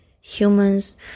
humans